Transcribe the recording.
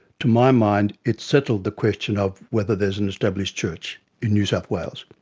to my mind it settled the question of whether there is an established church in new south wales.